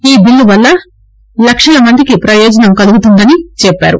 ఈ బిల్లు వల్ల లక్షల మందికి ప్రయోజనం కలుగుతుందని చెప్పారు